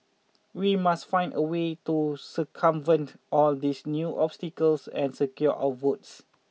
we must find a way to circumvent all these new obstacles and secure our votes